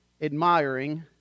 admiring